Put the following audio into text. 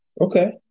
Okay